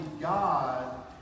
God